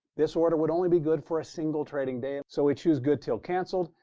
this order would only be good for a single trading day, so we choose good till canceled.